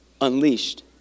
unleashed